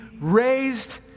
raised